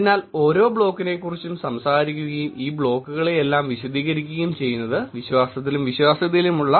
അതിനാൽ ഓരോ ബ്ലോക്കിനെക്കുറിച്ചും സംസാരിക്കുകയും ഈ ബ്ലോക്കുകളെയെല്ലാം വിശദീകരിക്കുകയും ചെയ്യുന്നത് വിശ്വാസത്തിലും വിശ്വാസ്യതയിലുമുള്ള